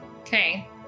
Okay